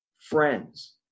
friends